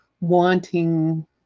wanting